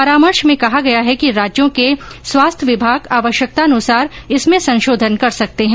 परामर्श में कहा गया है कि राज्यों के स्वास्थ्य विभाग आवश्यकतानुसार इसमें संशोधन कर सकते है